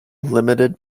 limited